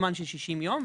זמן של 60 יום,